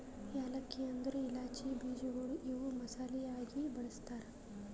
ಏಲಕ್ಕಿ ಅಂದುರ್ ಇಲಾಚಿ ಬೀಜಗೊಳ್ ಇವು ಮಸಾಲೆ ಆಗಿ ಬಳ್ಸತಾರ್